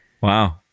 Wow